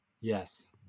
Yes